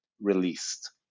released